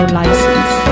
license